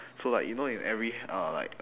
so like you know in every uh like